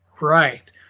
right